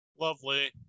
lovely